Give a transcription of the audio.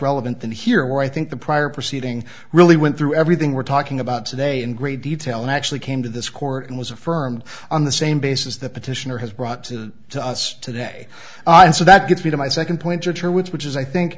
relevant than here i think the prior proceeding really went through everything we're talking about today in great detail actually came to this court and was affirmed on the same basis the petitioner has brought to us today and so that gets me to my second point which are which which is i think